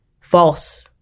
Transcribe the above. false